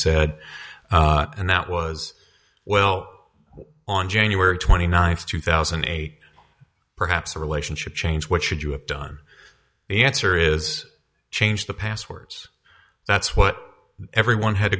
said and that was well on january twenty ninth two thousand and eight perhaps a relationship change what should you have done the answer is change the passwords that's what everyone had